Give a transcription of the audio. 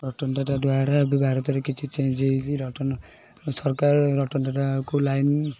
ରତନ୍ ଟାଟା ଦ୍ୱାରା ଏବେ ଭାରତରେ କିଛି ଚେଞ୍ଜ୍ ହୋଇଛି ରତନ୍ ସରକାର ରତନ୍ ଟାଟାକୁ ଲାଇନ୍